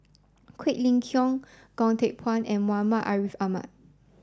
Quek Ling Kiong Goh Teck Phuan and Muhammad Ariff Ahmad